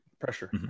Pressure